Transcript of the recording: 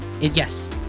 Yes